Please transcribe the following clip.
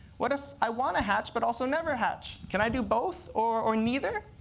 what if i want to hatch but also never hatch? can i do both or or neither?